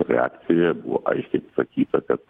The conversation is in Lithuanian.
reakcija buvo aiškiai pasakyta kad